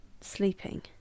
sleeping